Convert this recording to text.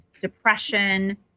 depression